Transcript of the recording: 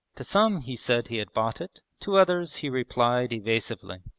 to some he said he had bought it, to others he replied evasively.